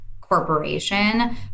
corporation